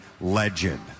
legend